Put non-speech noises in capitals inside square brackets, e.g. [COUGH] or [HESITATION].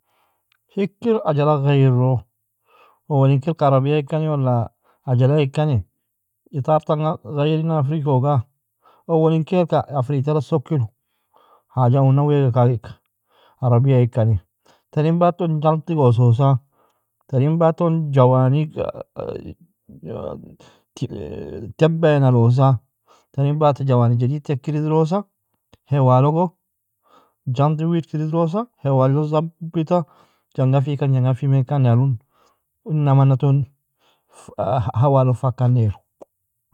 Hikir ajalag ghairro? Owalin kaika arabiyaikani, wala ajalayikani, itartanga ghairina'nga firgikoga, owalin kaika afritalog sokkiru, hajaunan weaigha kagheka arabiaikani, tarin baton junttiga oososa, tarin baton jawanig [HESITATION] tebbaia nalosa, tarin bata jawani jadidta ikir idrosa, hewalogo, junttig widkir idrosa, hewa lo zabbita janga fikan janga fimenkan nalun, ina mana ton fa hawalon fakan naeru.